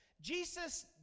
Jesus